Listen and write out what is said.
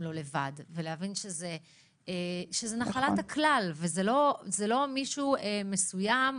לא לבד ולהבין שזו נחלת הכלל וזה לא מישהו מסוים.